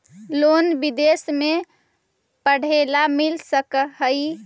Loan विदेश में पढ़ेला मिल सक हइ?